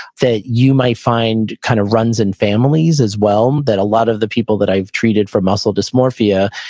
that you might find kind of runs in families as well, that a lot of the people that i've treated for muscle dysmorphia,